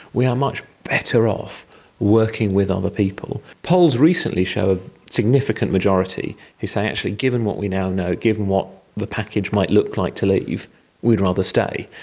we are much better off working with other people. polls recently show a significant majority who say actually given what we now know, given what the package might look like to leave, we would rather stay.